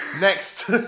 Next